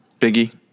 biggie